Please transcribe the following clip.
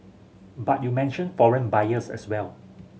but you mentioned foreign buyers as well